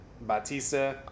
Batista